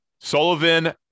Sullivan